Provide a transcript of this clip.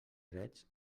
drets